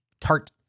tart